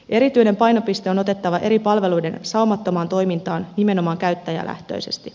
erityinen painopiste on otettava eri palveluiden saumattomaan toimintaan nimenomaan käyttäjälähtöisesti